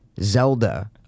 Zelda